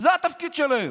זה התפקיד שלהם.